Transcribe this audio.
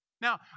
Now